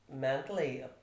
mentally